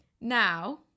now